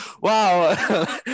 wow